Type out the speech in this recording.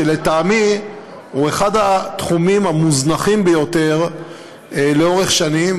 שלטעמי הוא אחד התחומים המוזנחים ביותר לאורך שנים,